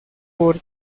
por